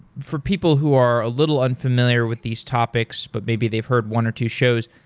for people who are a little unfamiliar with these topics but maybe they've heard one or two shows,